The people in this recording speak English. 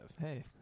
Hey